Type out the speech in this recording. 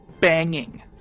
banging